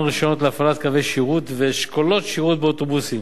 רשיונות להפעלת קווי שירות ואשכולות שירות באוטובוסים.